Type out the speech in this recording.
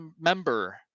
member